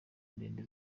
ndende